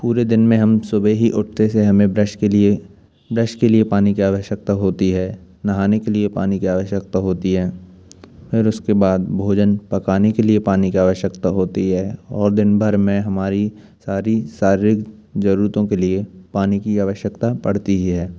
पूरे दिन में हम सुबह ही उठते से हमें ब्रश के लिए ब्रश के लिए पानी की आवश्यकता होती है नहाने के लिए पानी की आवश्यकता होती है फिर उसके बाद भोजन पकाने के लिए पानी की आवश्यकता होती है और दिन भर में हमारी सारी शारीरिक ज़रूरतों के लिए पानी की आवश्यकता पड़ती ही है